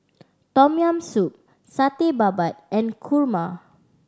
Tom Yam Soup Satay Babat and kurma